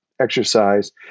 exercise